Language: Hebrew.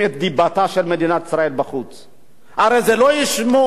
הרי לא ישמעו את מה שחבר הכנסת עמיר פרץ אמר,